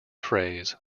phrase